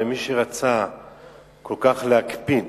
מי שרצה כל כך להקפיד